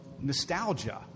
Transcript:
nostalgia